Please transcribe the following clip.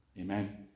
Amen